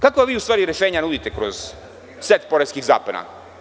Kakva vi u stvari rešenja nudite kroz set poreskih zakona?